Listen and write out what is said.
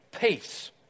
Peace